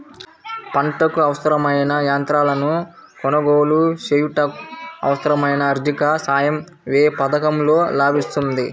పంటకు అవసరమైన యంత్రాలను కొనగోలు చేయుటకు, అవసరమైన ఆర్థిక సాయం యే పథకంలో లభిస్తుంది?